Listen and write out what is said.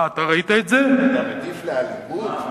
אתה מטיף לאלימות?